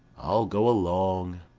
i'll go along,